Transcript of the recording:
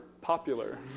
popular